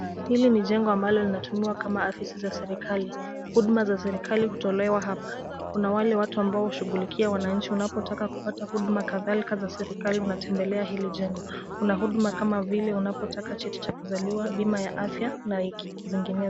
Hili ni jengo ambalo linatumiwa kama afisi za serikali. Huduma za serikali hutolewa hapa. Kuna wale watu ambao hushughulikia wananchi . Unapotaka kupata huduma kadhalika za serikali unatembelea hili jengo. Kuna huduma kama vile unapotaka cheti cha kuzaliwa, bima ya afya na zinginezo.